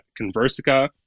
Conversica